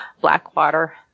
Blackwater